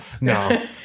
No